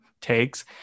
takes